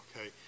okay